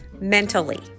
mentally